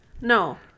no